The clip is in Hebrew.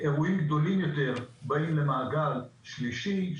אירועים גדולים יותר באים למעגל שלישי,